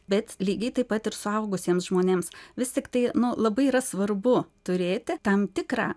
bet lygiai taip pat ir suaugusiems žmonėms vis tiktai nu labai yra svarbu turėti tam tikrą